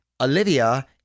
Olivia